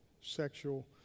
sexual